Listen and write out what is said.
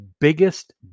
biggest